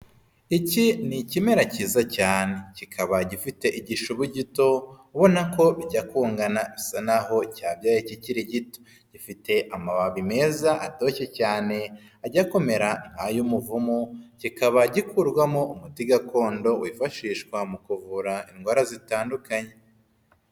Iki ni ikimera cyiza cyane. Kikaba gifite igishubu gito, ubona ko bijya kungana bisa naho cyabyaye kikiri gito. Gifite amababi meza atoshye cyane ajya kumera nk'ay'umuvumu, kikaba gikurwamo umuti gakondo wifashishwa mu kuvura indwara zitandukanye.